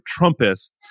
Trumpists